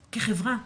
כחברה,